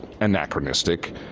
anachronistic